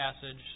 passage